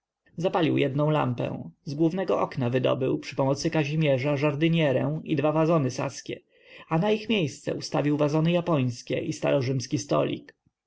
zapalił jednę lampę z głównego okna wydobył przy pomocy kazimierza żardynierkę i dwa wazony saskie a na ich miejsce ustawił wazony japońskie i starorzymski stolik